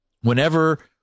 whenever